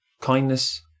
kindness